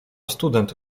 student